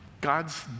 God's